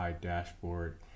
dashboard